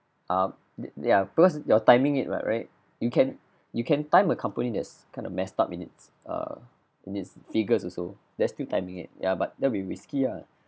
ah y~ ya because you're timing it right right you can you can time a company that's kind of messed up in its err in its figures also that's still timing it ya but that will be risky ah